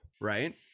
right